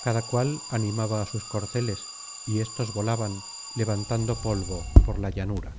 cada cual animaba á sus corceles y éstos volaban levantando polvo por la llanura